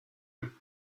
him